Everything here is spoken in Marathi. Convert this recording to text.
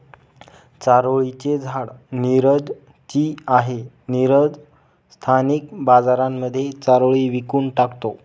चारोळी चे झाड नीरज ची आहे, नीरज स्थानिक बाजारांमध्ये चारोळी विकून टाकतो